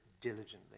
diligently